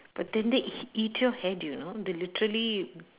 but then they eat your head you know they literally